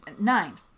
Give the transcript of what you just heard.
nine